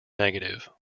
negative